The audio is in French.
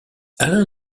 alain